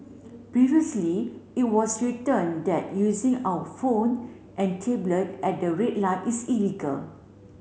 previously it was written that using phone and tablet at the read light is illegal